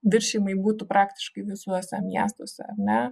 viršijimai būtų praktiškai visuose miestuose ar ne